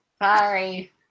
Sorry